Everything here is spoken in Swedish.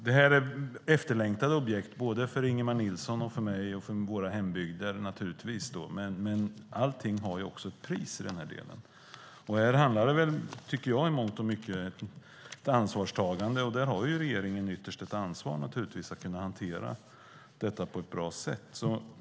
Det här är efterlängtade objekt, både för Ingemar Nilsson, mig och för våra hembygder, men allt har ett pris. Här handlar det i mångt och mycket om ett ansvarstagande, och där har naturligtvis regeringen ytterst ett ansvar att hantera detta på ett bra sätt.